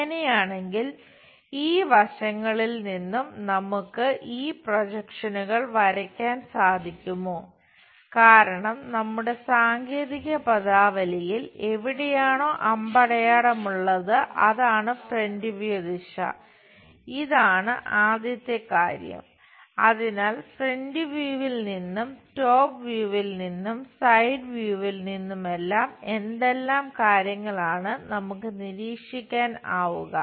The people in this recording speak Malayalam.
അങ്ങനെയാണെങ്കിൽ ഈ വശങ്ങളിൽ നിന്നും നമുക്ക് ഈ പ്രൊജക്ഷനുകൾ നിന്നുമെല്ലാം എന്തെല്ലാം കാര്യങ്ങളാണ് നമുക്ക് നിരീക്ഷിക്കാൻ ആവുക